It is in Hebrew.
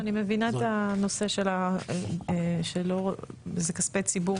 אני מבינה את הנושא שזה כספי ציבור